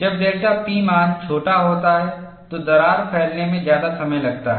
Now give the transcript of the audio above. जब delta P मान छोटा होता है तो दरार फैलने में ज्यादा समय लगता है